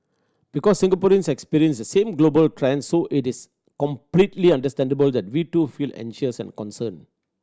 because Singaporeans experience the same global trends so it is completely understandable that we too feel anxious and concerned